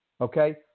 okay